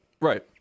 Right